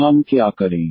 तो हम क्या करें